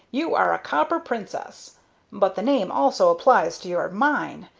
you are a copper princess but the name also applies to your mine,